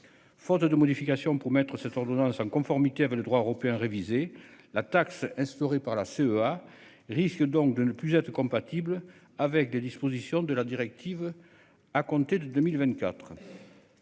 Faute de modifications pour mettre cette ordonnance en conformité avec le droit européen réviser la taxe instaurée par l'ACEA risque donc de ne plus être compatible avec les dispositions de la directive. À compter de 2024.